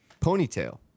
ponytail